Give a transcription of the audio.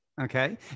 Okay